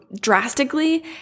drastically